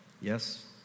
yes